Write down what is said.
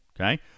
okay